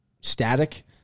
static